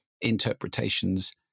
interpretations